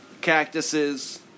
cactuses